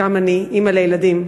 גם אני אימא לילדים.